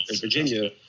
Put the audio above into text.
virginia